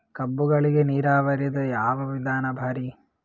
ಕಬ್ಬುಗಳಿಗಿ ನೀರಾವರಿದ ಯಾವ ವಿಧಾನ ಭಾರಿ?